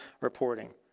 reporting